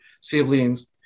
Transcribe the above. siblings